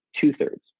two-thirds